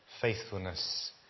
faithfulness